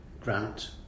Grant